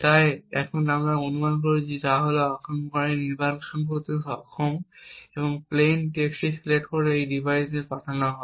তাই এখন আমরা যা অনুমান করছি তা হল আক্রমণকারী নির্বাচন করতে সক্ষম অথবা প্লেইন টেক্সট সিলেক্ট করে এই ডিভাইসে পাঠানো হয়